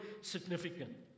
significant